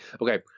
Okay